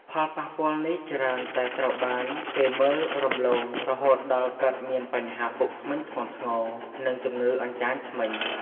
ផលប៉ះពាល់នេះច្រើនតែត្រូវបានគេមើលរំលង រហូតដល់កើតមានបញ្ហាពុកធ្មេញធ្ងន់ធ្ងរ និងជំងឺអញ្ចាញធ្មេញ។